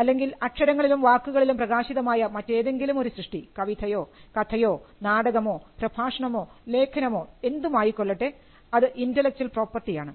അല്ലെങ്കിൽ അക്ഷരങ്ങളിലും വാക്കുകളിലും പ്രകാശിതമായ മറ്റേതെങ്കിലും ഒരു സൃഷ്ടി കവിതയോ കഥയോ നാടകമോ പ്രഭാഷണമോ ലേഖനമോ എന്തുമായിക്കൊള്ളട്ടെ അത് ഇൻൻറലെക്ച്വൽ പ്രോപ്പർട്ടി ആണ്